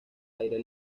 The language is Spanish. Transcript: aire